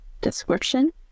description